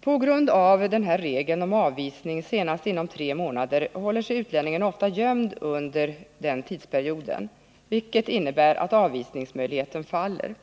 På grund av denna regel om avvisning senast inom tre månader håller sig utlänningen ofta gömd under den tidsperioden, vilket innebär att avvisningsmöjligheten faller.